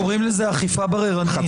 קוראים לזה אכיפה בררנית.